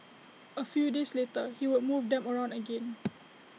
A few days later he would move them around again